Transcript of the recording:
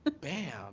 Bam